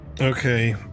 Okay